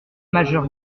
major